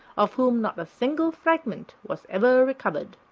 of whom not a single fragment was ever recovered.